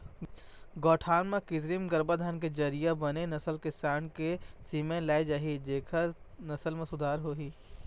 गौठान म कृत्रिम गरभाधान के जरिया बने नसल के सांड़ के सीमेन लाय जाही जेखर नसल म सुधार होही